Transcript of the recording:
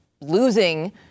losing